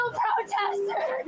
protesters